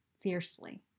fiercely